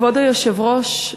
כבוד היושב-ראש,